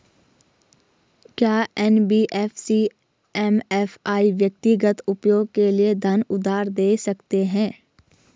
क्या NBFC MFI व्यक्तिगत उपयोग के लिए धन उधार दें सकते हैं?